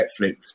Netflix